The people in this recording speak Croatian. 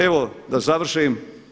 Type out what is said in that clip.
Evo da završim.